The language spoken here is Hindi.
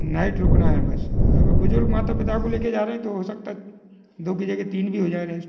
नाइट रुकना है बस अब बुज़ुर्ग माता पिता को ले कर जा रहें तो हो सकता है दो की जगह तीन भी हो जाए रेस्ट